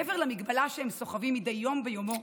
מעבר למגבלה שהם סוחבים מדי יום ביומו,